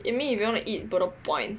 you mean if you want to eat Bedok point